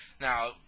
now